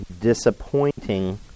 disappointing